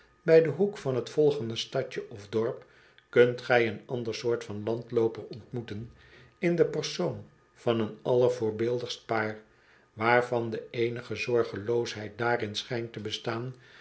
bij den hoek van t volgende stadje of dorp kunt gij een ander soort van landlooper ontmoeten in den persoon van een allervoorbeeldigst paar waarvan de eenige zorgeloosheid daarin schijnt te bestaan